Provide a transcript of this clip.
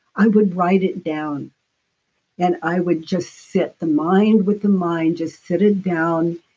i would write it down and i would just sit the mind with the mind just sit it down,